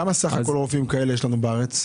כמה רופאים כאלה יש בארץ?